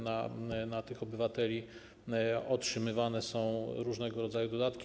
Na tych obywateli otrzymywane są różnego rodzaju dodatki.